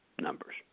numbers